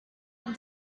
and